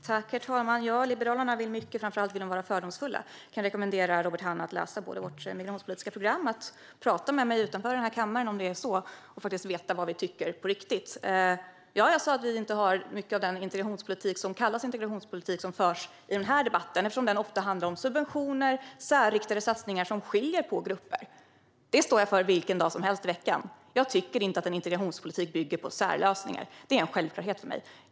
Herr talman! Liberalerna vill mycket. Framför allt vill de vara fördomsfulla. Jag kan rekommendera Robert Hannah att både läsa vårt migrationspolitiska program och att prata med mig utanför den här kammaren och få veta vad vi tycker på riktigt, om det är så. Jag sa att vi inte har mycket av den integrationspolitik som kallas integrationspolitik i debatten, eftersom den ofta handlar om subventioner och särriktade satsningar som skiljer på olika grupper. Detta står jag för vilken dag som helst i veckan: Jag tycker inte att en integrationspolitik ska bygga på särlösningar. Det är en självklarhet för mig.